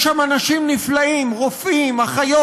יש שם אנשים נפלאים, רופאים, אחיות,